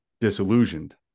disillusioned